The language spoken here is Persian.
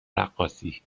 رقاصی